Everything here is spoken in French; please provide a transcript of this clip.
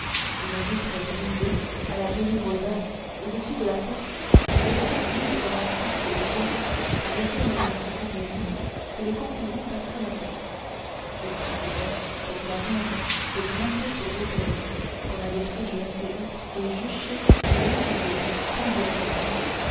une vitre brisée à la jolie rosace au-dessus de la porte laissa libre un cercle de pierre par lequel il fut convenu que les concurrents passeraient la tête il suffisait pour y atteindre de grimper sur deux tonneaux qu'on avait pris je ne sais où et juchés l'un sur l'autre tant bien que mal